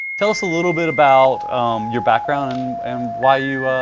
tell us a little bit about your background and why you